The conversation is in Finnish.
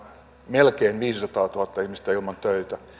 melkein viisisataatuhatta ihmistä ilman töitä